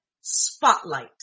Spotlight